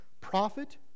prophet